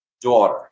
daughter